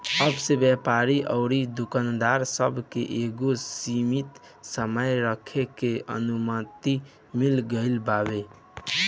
अब से व्यापारी अउरी दुकानदार सब के एगो सीमित सामान रखे के अनुमति मिल गईल बावे